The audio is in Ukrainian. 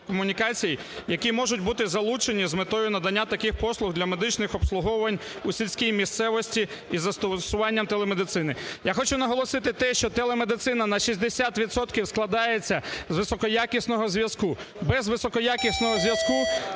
телекомунікацій, які можуть бути залучені з метою надання таких послуг для медичних обслуговувань у сільській місцевості із застосуванням телемедицини. Я хочу наголосити те, що телемедицина на 60 відсотків складається з високоякісного зв'язку. Без високоякісного зв'язку